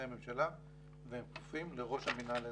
הממשלה והם כפופים לראש המינהל האזרחי.